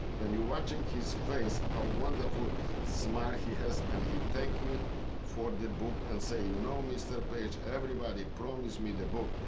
when you watching his face how wonderful smile he has. and he thank me for the book and say, you know, mr. page, everybody promised me the book,